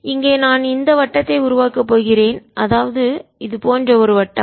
இங்கே நான் இந்த வட்டத்தை உருவாக்க போகிறேன்அதாவது இது போன்ற ஒரு வட்டம்